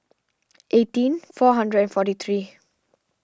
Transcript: eighteen four hundred and forty three